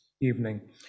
evening